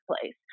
place